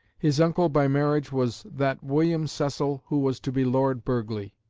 his uncle by marriage was that william cecil who was to be lord burghley.